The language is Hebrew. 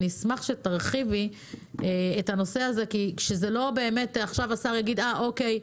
אני אשמח שתרחיבי את הנושא הזה כי זה לא שהשר יגיד: אוקי,